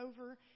over